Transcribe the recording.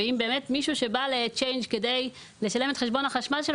והאם מישהו שבא ל"צ'יינג'" כדי באמת לשלם את חשבון החשמל שלו,